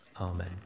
amen